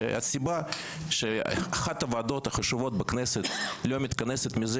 הסיבה שאחת הוועדות החשובות בכנסת לא מתכנסת מזה